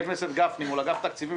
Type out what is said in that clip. "מול אגף תקציבים,